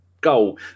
goal